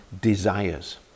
desires